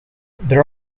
there